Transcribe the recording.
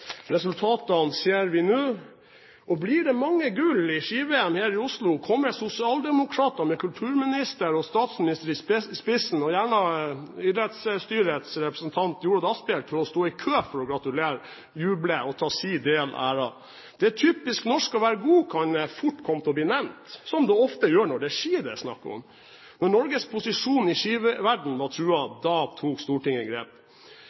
Resultatene ser vi nå. Og blir det mange gull i Ski-VM her i Oslo, kommer sosialdemokrater, med kulturminister og statsminister i spissen – og gjerne idrettsstyrets representant Jorodd Asphjell – til å stå i kø for å gratulere, juble og ta sin del av æren. «Det er typisk norsk å være god» kan fort komme til å bli nevnt, som det ofte gjør når det er ski det er snakk om. Da Norges posisjon i skiverdenen var truet, tok Stortinget grep.